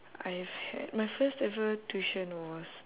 I've had my first ever tuition was